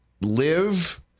live